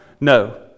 No